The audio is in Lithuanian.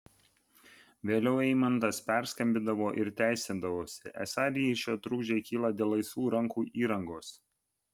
vėliau eimantas perskambindavo ir teisindavosi esą ryšio trukdžiai kyla dėl laisvų rankų įrangos